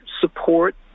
support